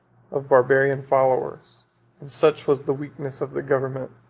of barbarian followers and such was the weakness of the government,